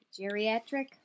Geriatric